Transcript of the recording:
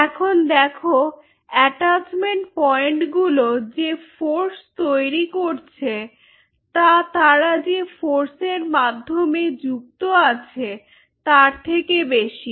এখন দেখো attachment point গুলো যে ফোর্স তৈরি করছে তা তারা যে ফোর্স এর মাধ্যমে যুক্ত আছে তার থেকে বেশি